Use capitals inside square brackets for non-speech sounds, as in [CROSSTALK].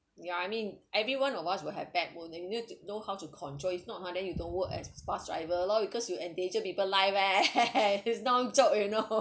ya I mean everyone of us will have bad mood they knew to know how to control is not ha then you don't work as a bus driver lor because you endanger people life eh [LAUGHS] it's not joke you know